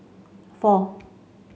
four